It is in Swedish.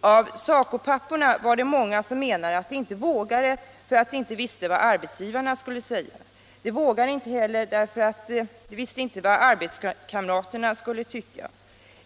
Av SACO-papporna var det många som menade att de inte vågade därför att de inte visste vad arbetsgivarna skulle säga. De vågade inte heller därför att de inte visste vad arbetskamraterna skulle tycka.